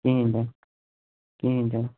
کِہیٖنٛۍ تہِ نہٕ کِہیٖنٛۍ تہِ نہٕ